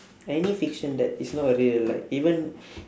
any fiction that is not real like even